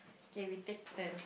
okay we take turn